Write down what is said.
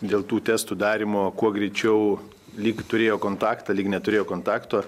dėl tų testų darymo kuo greičiau lyg turėjo kontaktą lyg neturėjo kontakto